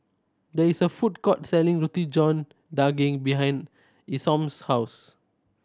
there is a food court selling Roti John Daging behind Isom's house